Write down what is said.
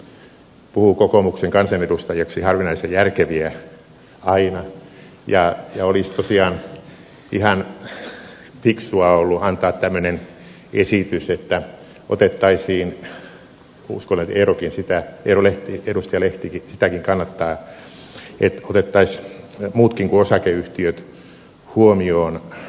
eero lehti puhuu kokoomuksen kansanedustajaksi harvinaisen järkeviä aina ja olisi tosiaan ihan fiksua ollut antaa tämmöinen esitys että otettaisiin uskon että edustaja lehtikin sitäkin kannattaa muutkin kuin osakeyhtiöt huomioon tässä